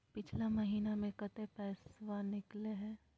पिछला महिना मे कते पैसबा निकले हैं?